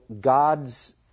God's